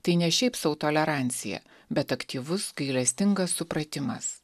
tai ne šiaip sau tolerancija bet aktyvus gailestingas supratimas